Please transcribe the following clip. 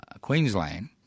Queensland